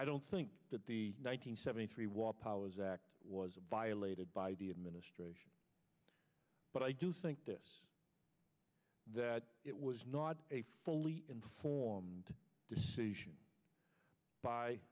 i don't think that the nine hundred seventy three war powers act was violated by the administration but i do think this that it was not a fully informed decision by